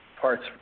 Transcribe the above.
parts